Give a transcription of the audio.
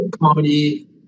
comedy